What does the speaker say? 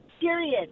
period